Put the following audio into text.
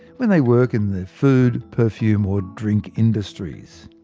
when they work in the food, perfume or drink industries.